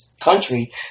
country